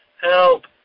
Help